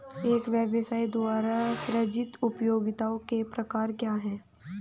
एक व्यवसाय द्वारा सृजित उपयोगिताओं के प्रकार क्या हैं?